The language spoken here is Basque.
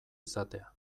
izatea